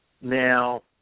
Now